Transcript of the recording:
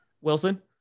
Wilson